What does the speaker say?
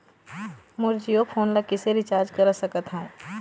मोर Jio phone ला किसे recharge करा सकत हवं?